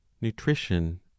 nutrition